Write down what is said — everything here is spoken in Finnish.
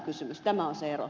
asko seljavaara